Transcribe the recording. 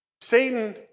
Satan